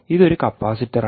ഇത് ഒരു കപ്പാസിറ്ററാണ്